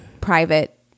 private